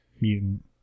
mutant